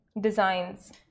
designs